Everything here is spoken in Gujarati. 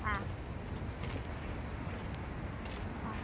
આ હા